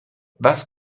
was